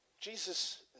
Jesus